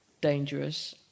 dangerous